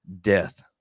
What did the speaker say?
death